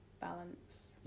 balance